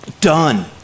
done